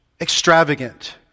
extravagant